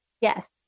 yes